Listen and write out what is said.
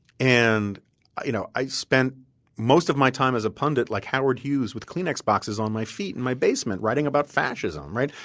and you know i spent most of my time as a pundit like howard hughes with kleenex boxes on my feet in my basement writing about fascism, right?